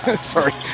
sorry